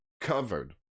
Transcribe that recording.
covered